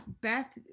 Beth